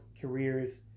careers